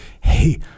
hey